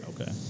Okay